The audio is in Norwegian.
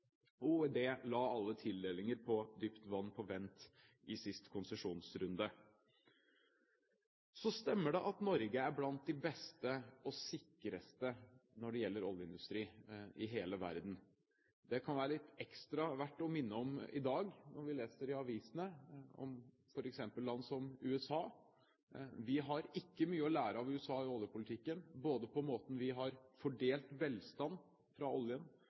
energidepartementet la alle tildelinger på dypt vann på vent i siste konsesjonsrunde. Så stemmer det at Norge er blant de beste og sikreste i hele verden når det gjelder oljeindustri. Det kan det være ekstra verdt å minne om i dag når vi leser i avisene om f.eks. land som USA. Vi har ikke mye å lære av USA i oljepolitikken. Når det gjelder måten vi har fordelt velstand fra oljen